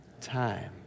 time